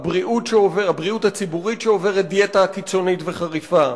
הבריאות הציבורית שעוברת דיאטה קיצונית וחריפה,